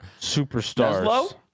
superstars